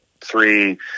three